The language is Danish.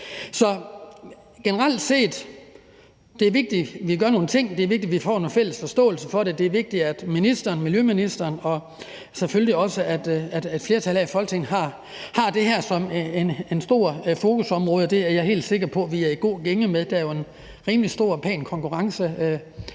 Så generelt set er det vigtigt, at vi gør nogle ting; det er vigtigt, at vi får en fælles forståelse af det; det er vigtigt, at miljøministeren og selvfølgelig også flertallet her i Folketinget har det her som et stort fokusområde. Det er jeg helt sikker på at vi er i god gænge med. Der er jo en rimelig stor konkurrence